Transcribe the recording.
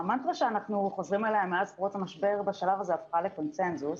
המנטרה שאנחנו חוזרים עליה מאז פרוץ המשבר בשלב הזה הפכה לקונצנזוס,